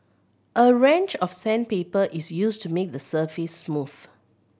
a range of sandpaper is used to make the surface smooth